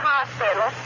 Hospital